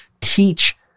teach